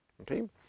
okay